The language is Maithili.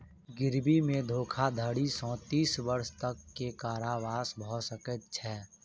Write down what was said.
गिरवी मे धोखाधड़ी सॅ तीस वर्ष तक के कारावास भ सकै छै